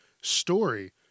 story